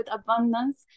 abundance